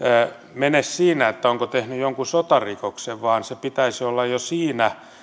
mene siinä onko tehnyt jonkun sotarikoksen vaan sen pitäisi olla jo siinä